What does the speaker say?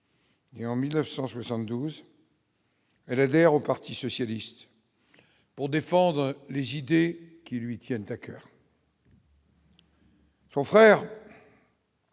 en 1972. Elle adhère au Parti socialiste pour défendre les idées qui lui tiennent à coeur. Lucia